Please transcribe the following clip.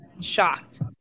shocked